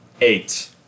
Eight